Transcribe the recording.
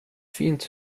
fint